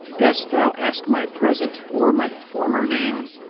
dost thou ask my present or my former name?